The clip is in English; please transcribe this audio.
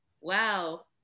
wow